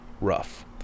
rough